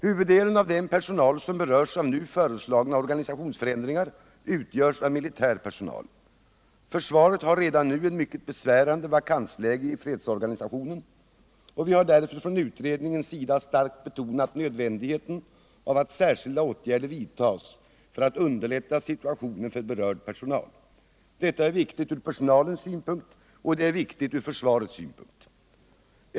Huvuddelen av den personal som berörs av nu föreslagna organisationsförändringar utgörs av militär personal. Försvaret har redan nu ett mycket besvärande vakansläge i fredsorganisationen, och vi har därför från utredningens sida starkt betonat nödvändigheten av att särskilda åtgärder vidtas för att underlätta situationen för berörd personal. Detta är viktigt ur personalens synpunkt och det är viktigt ur försvarets synpunkt.